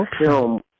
film